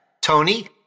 Tony